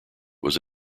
was